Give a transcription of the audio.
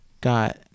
got